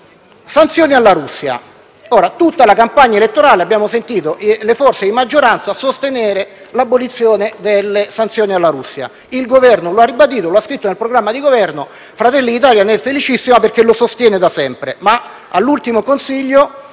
sanzioni alla Russia, durante tutta la campagna elettorale abbiamo sentito le forze di maggioranza sostenere l'abolizione delle sanzioni alla Russia: il Governo lo ha ribadito, l'ha anche scritto nel programma di Governo. Fratelli d'Italia ne è felicissima, perché lo sostiene da sempre. Eppure, all'ultimo Consiglio,